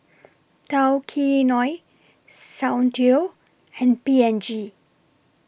Tao Kae Noi Soundteoh and P and G